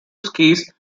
skis